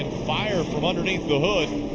fire from underneath the hood.